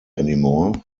anymore